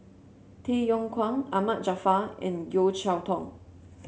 Tay Yong Kwang Ahmad Jaafar and Yeo Cheow Tong